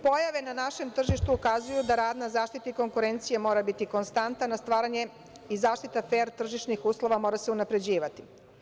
Pojave na našem tržištu ukazuju da rad na zaštiti konkurencije mora biti konstantan, a stvaranje i zaštita fer tržišnih uslova mora se unapređivati.